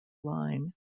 line